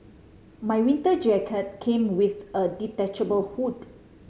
my winter jacket came with a detachable hood